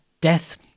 death